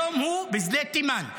היום הוא בשדה תימן.